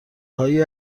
های